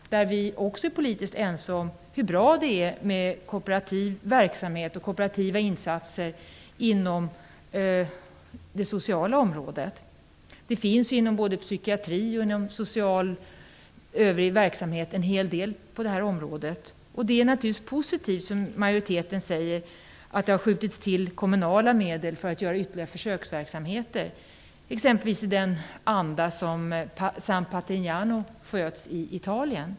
På den punkten är vi också politiskt ense om hur bra det är med kooperativ verksamhet och kooperativa insatser inom det sociala området. Det finns ju en hel del på detta område, både inom psykiatri och inom social övrig verksamhet. Det är positivt, precis som majoriteten säger, att det skjutits till kommunala medel för att åstadkomma ytterligare försöksverksamheter, exempelvis i den anda som San Patrignano drivs i Italien.